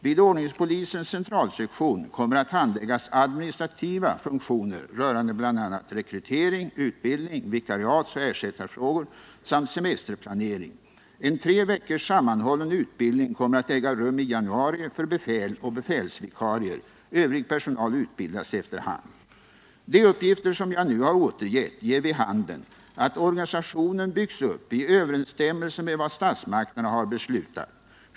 Vid ordningspolisens centralsektion kommer att handläggas administrativa funktioner rörande bl.a. rekrytering, utbildning, vikariatsoch ersättarfrågor samt semesterplanering. En tre veckors sammanhållen utbildning kommer att äga rum i januari för befäl och befälsvikarier. Övrig personal utbildas efter hand. De uppgifter som jag nu har återgett ger vid handen att organisationen byggs upp i överensstämmelse med vad statsmakterna har beslutat.